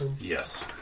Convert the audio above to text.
Yes